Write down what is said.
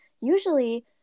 usually